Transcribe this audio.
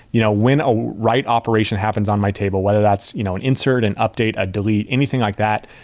you know when a write operation happens on my table, whether that's you know an insert, an update, a delete, anything like that,